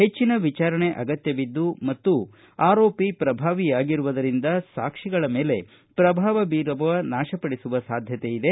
ಹೆಚ್ಚನ ವಿಚಾರಣೆ ಅಗತ್ಯವಿದ್ದು ಮತ್ತು ಆರೋಪಿ ಪ್ರಭಾವಿಯಾಗಿರುವುದರಿಂದ ಸಾಕ್ಷಿಗಳ ಮೇಲೆ ಶ್ರಭಾವ ಬೀರುವ ನಾಶಪಡಿಸುವ ಸಾಧ್ಯತೆ ಇದೆ